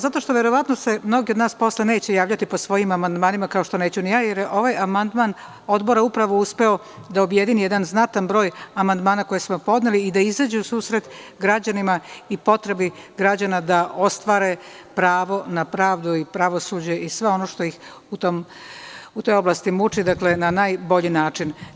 Zato što se verovatno mnogi od nas posle neće javljati po svojim amandmanima, kao što neću ni ja, jer je ovaj amandman Odbora upravo uspeo da objedini jedan znatan broj amandmana koje smo podneli i da izađe u susret građanima i potrebi građana da ostvare pravo na pravdu i pravosuđe i sve ono što ih u toj oblasti muči, na najbolji način.